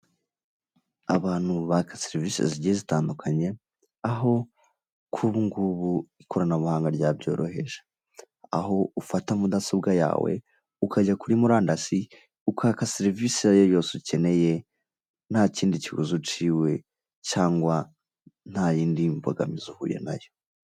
Abantu baka serivisi zigiye zitandukanye aho kuri ubu ngubu ikoranabuhanga ryabyoroheje, aho ufata mudasobwa yawe ukajya kuri murandasi ukaka serivisi iyo ari yo yose ukeneye nta kindi kibazo uciwe cyangwa nta yindi mbogamizi uhuye nayo.